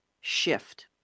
shift